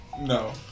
No